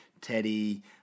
Teddy